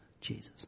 Jesus